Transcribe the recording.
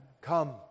Come